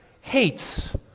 hates